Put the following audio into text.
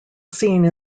scene